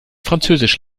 französisch